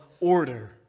order